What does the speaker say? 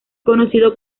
conocido